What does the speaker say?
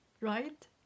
Right